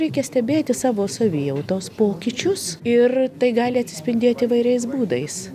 reikia stebėti savo savijautos pokyčius ir tai gali atsispindėti įvairiais būdais